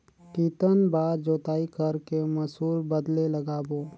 कितन बार जोताई कर के मसूर बदले लगाबो?